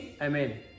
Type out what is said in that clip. Amen